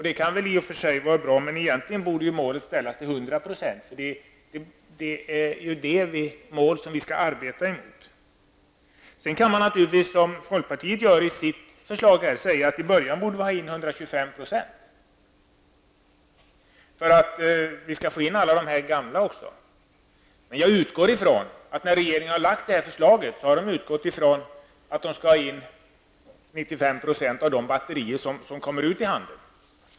Det kan väl i och för sig vara bra, men egentligen borde målet vara 100 %-- det är ju det mål som vi skall arbeta för. Sedan kan man naturligtvis, som folkpartiet gör i sitt förslag, säga att vi i början borde ha in 125 %, för att vi också skall få in alla gamla batterier. Men jag förutsätter att regeringen, när den lagt fram sitt förslag, har utgått från att vi skall ha in 95 % av de batterier som kommer ut i handeln.